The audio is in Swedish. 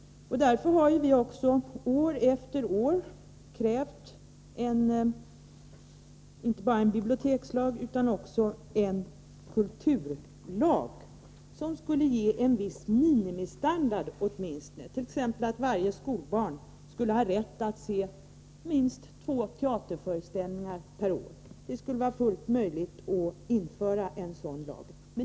Därför har vi år efter år krävt inte bara en bibliotekslag utan också en kulturlag, som skulle ge åtminstone en viss minimistandard. T. ex. skulle varje skolbarn kunna ha rätt att se minst två teaterföreställningar per år. Det skulle vara fullt möjligt att införa en sådan kulturlag.